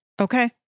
Okay